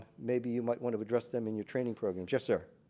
maybe you might want to address them in your training program. yes sir.